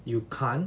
you can't